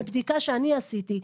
בבדיקה שאני עשיתי,